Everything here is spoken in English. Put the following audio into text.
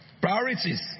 Priorities